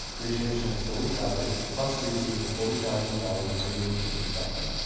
your tuition is fully covered, plus you receive a forty thousand dollars yearly living stipend,